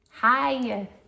Hi